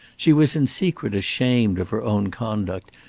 she was in secret ashamed of her own conduct,